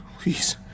Please